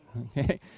Okay